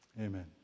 Amen